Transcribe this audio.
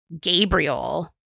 Gabriel